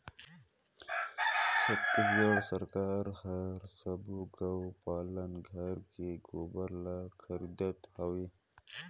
छत्तीसगढ़ सरकार हर सबो गउ पालन घर के गोबर ल खरीदत हवे